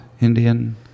Indian